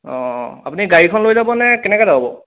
অঁ অঁ আপুনি গাড়ীখন লৈ যাব নে কেনেকে যাব বাৰু